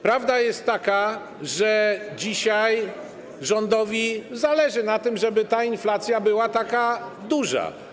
Prawda jest taka, że dzisiaj rządowi zależy na tym, żeby ta inflacja była taka duża.